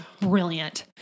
brilliant